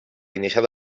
iniciat